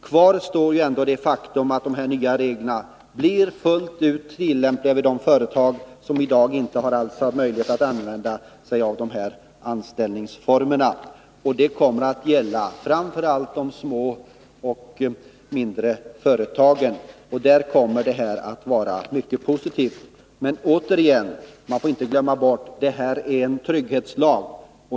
Kvar står ändå det faktum att de nya reglerna blir fullt ut tillämpliga vid de företag som i dag inte har möjlighet att använda sig av dessa anställningsformer. Framför allt för de små företagen kommer lagen att få positiva verkningar. Jag vill emellertid åter framhålla att man inte får glömma bort att detta är en trygghetslag.